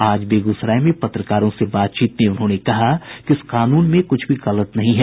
आज बेगूसराय में पत्रकारों से बातचीत में उन्होंने कहा कि इस कानून में कुछ भी गलत नहीं है